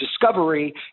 discovery